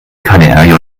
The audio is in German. keine